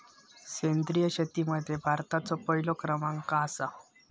सेंद्रिय शेतीमध्ये भारताचो पहिलो क्रमांक आसा